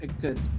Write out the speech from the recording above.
Good